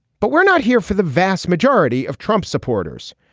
but we're not here for the vast majority of trump's supporters.